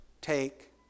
take